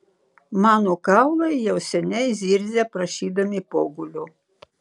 mano kaulai jau seniai zirzia prašydami pogulio